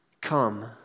come